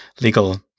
legal